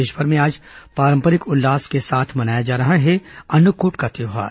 देशभर में आज पारंपरिक उत्साह के साथ मनाया जा रहा है अन्नकूट का त्यौहार